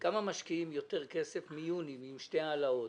מיוני כמה כסף משקיעים יותר עם שתי ההעלאות,